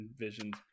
envisioned